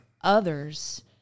others